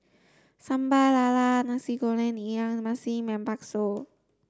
Sambal Lala Nasi Goreng Ikan Masin and Bakso